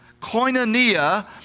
koinonia